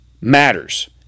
matters